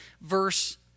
verse